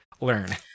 learn